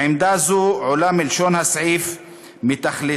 עמדה זו עולה מלשון הסעיף ומתכליתו,